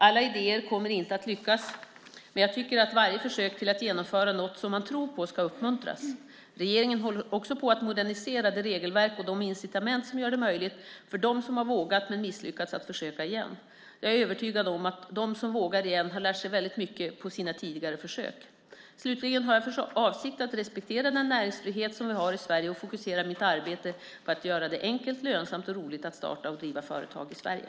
Alla idéer kommer inte att lyckas, men jag tycker att varje försök till att genomföra något som man tror på ska uppmuntras. Regeringen håller också på att modernisera det regelverk och de incitament som gör det möjligt, för dem som har vågat men misslyckats, att försöka igen. Jag är övertygad om att de som vågar igen har lärt sig väldigt mycket på sina tidigare försök. Slutligen har jag för avsikt att respektera den näringsfrihet som vi har i Sverige och fokusera mitt arbete på att göra det enkelt, lönsamt och roligt att starta och driva företag i Sverige.